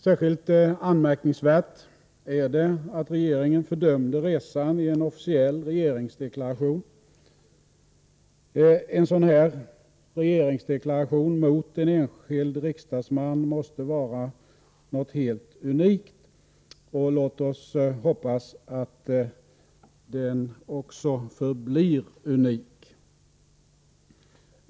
Särskilt anmärkningsvärt är det att regeringen fördömde resan i en officiell regeringsdeklaration. En sådan här regeringsdeklaration mot en enskild riksdagsman måste vara något helt unikt. Låt oss hoppas att den förblir unik.